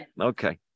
Okay